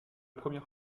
première